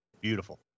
Beautiful